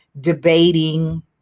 debating